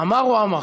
עמאר או עמר,